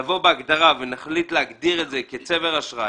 נבוא בהגדרה ונחליט להגדיר את זה כצבר אשראי,